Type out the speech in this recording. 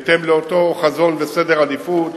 בהתאם לאותו חזון וסדר עדיפות.